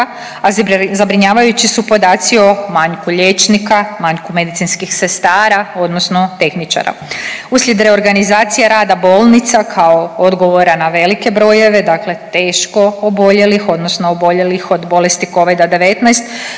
a zabrinjavajući su podaci o manjku liječnika, manjku medicinskih sestara, odnosno tehničara. Uslijed reorganizacije rada bolnica kao odgovora na velike brojeve, dakle teško oboljelih odnosno oboljelih od bolesti covida-19